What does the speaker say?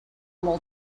mole